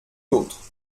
l’autre